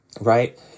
right